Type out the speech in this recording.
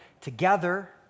together